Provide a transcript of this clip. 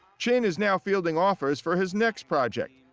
chin is now fielding offers for his next project.